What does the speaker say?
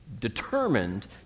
determined